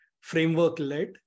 framework-led